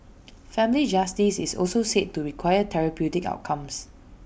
family justice is also said to require therapeutic outcomes